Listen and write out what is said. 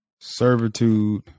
servitude